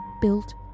built